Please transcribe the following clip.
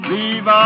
Leave